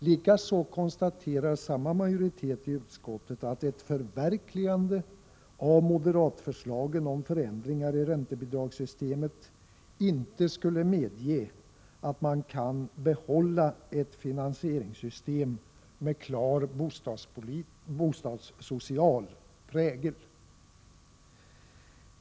Likaså konstaterar samma majoritet i utskottet att ett förverkligande av moderatförslagen om förändringar i räntebidragssystemet inte skulle medge att man kan behålla ett finansieringssystem med klar bostadssocial prägel.